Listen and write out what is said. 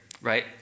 right